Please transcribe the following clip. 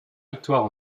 victoire